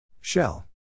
Shell